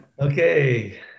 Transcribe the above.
Okay